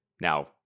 Now